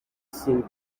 seemed